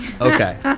Okay